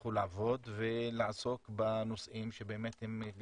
ימשיכו לעבוד ולעסוק בנושאים שהם גם